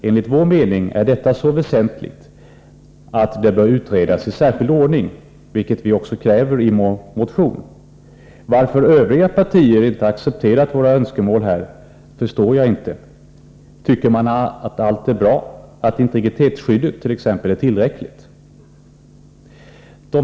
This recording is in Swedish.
Enligt vår mening är detta så väsentligt att det bör utredas i särskild ordning, vilket vi också kräver i vår motion. Varför övriga partier inte har accepterat vårt önskemål förstår jag inte. Tycker man att allt är bra? Tycker man t.ex. att integritetsskyddet är tillfredsställande?